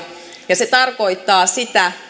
ja se tarkoittaa sitä